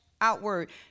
outward